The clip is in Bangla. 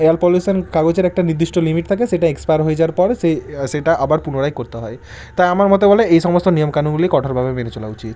এয়ার পলিউশন কাগজের একটা নির্দিষ্ট লিমিট থাকে সেটা এক্সপায়ার হয়ে যাওয়ার পরে সেই সেটা আবার পুনরায় করতে হয় তাই আমার মতে বলে এ সমস্ত নিয়মকানুনগুলি কঠোরভাবে মেনে চলা উচিত